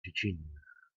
dziecinnych